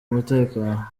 umutekano